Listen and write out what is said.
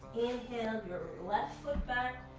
inhale your left foot back,